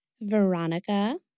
Veronica